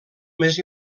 més